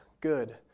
good